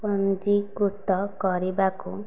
ପଞ୍ଜୀକୃତ କରିବାକୁ